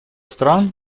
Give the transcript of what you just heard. стран